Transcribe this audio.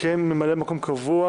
כממלא מקום קבוע